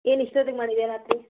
ಏನು ಇಷ್ಟು ಹೊತ್ತಿಗ್ ಮಾಡಿದ್ದೀಯಾ ರಾತ್ರಿ